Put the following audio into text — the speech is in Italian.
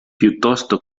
piuttosto